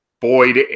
boyd